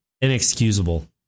inexcusable